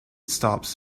stops